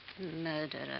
Murderer